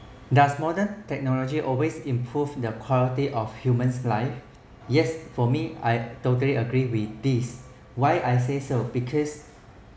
does modern technology always improve the quality of humans life yes for me I totally agree with this why I say so because